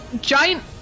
giant